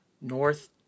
North